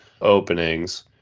openings